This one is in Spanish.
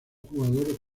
jugador